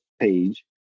page